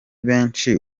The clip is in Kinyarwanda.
benshi